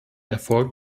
erfolg